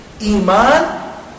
iman